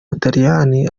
butaliyani